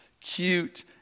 cute